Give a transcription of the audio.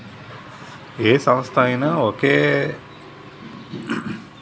ఏ సంస్థ అయినా సరే ఒకే రకమైన విధానాలను అవలంబిస్తే ప్రమాదమని మార్పులు చేస్తూనే ఉంటున్నారు